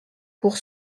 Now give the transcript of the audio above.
pour